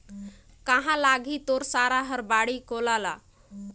काँहा लगाही तोर सारा हर बाड़ी कोला ल